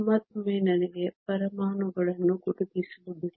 ಮತ್ತೊಮ್ಮೆ ನನಗೆ ಪರಮಾಣುಗಳನ್ನು ಗುರುತಿಸಲು ಬಿಡಿ